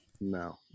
No